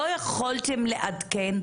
לא יכולתם לעדכן?